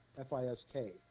F-I-S-K